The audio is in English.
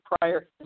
prior